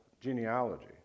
genealogy